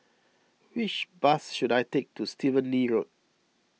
which bus should I take to Stephen Lee Road